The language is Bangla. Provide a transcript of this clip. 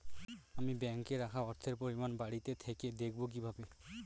আমি ব্যাঙ্কে রাখা অর্থের পরিমাণ বাড়িতে থেকে দেখব কীভাবে?